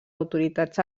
autoritats